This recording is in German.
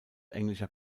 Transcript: englischer